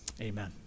Amen